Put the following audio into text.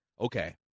okay